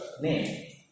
name